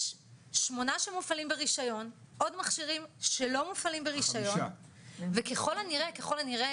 יש 8 שמופעלים ברישיון עוד מכשירים שלא מופעלים ברישיון וככל הנראה